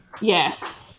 Yes